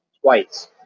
twice